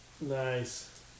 Nice